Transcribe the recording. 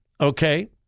okay